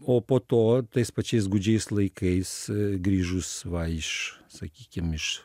o po to tais pačiais gūdžiais laikais grįžus va iš sakykim iš